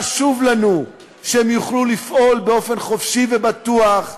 חשוב לנו שהם יוכלו לפעול באופן חופשי ובטוח,